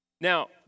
Now